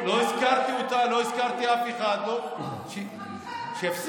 לא הזכרתי אותה, לא הזכרתי אף אחד, שיפסיקו אותה.